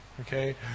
okay